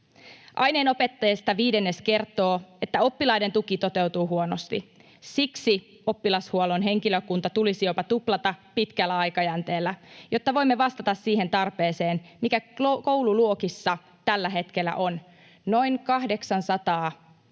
Aineenopettajista viidennes kertoo, että oppilaiden tuki toteutuu huonosti. Siksi oppilashuollon henkilökunta tulisi jopa tuplata pitkällä aikajänteellä, jotta voimme vastata siihen tarpeeseen, mikä koululuokissa tällä hetkellä on: noin 800 oppilasta